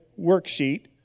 worksheet